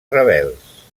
rebels